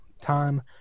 time